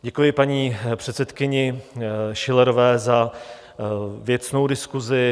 Děkuji paní předsedkyni Schillerové za věcnou diskusi.